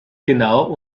genau